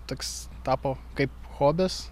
toks tapo kaip hobis